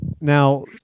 now